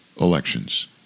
elections